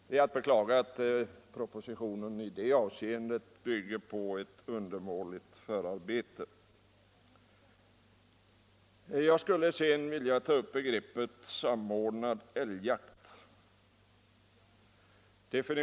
Det är att beklaga att propositionen i detta avseende bygger på ett undermåligt förarbete. Sedan vill jag ta upp begreppet samordnad älgjakt.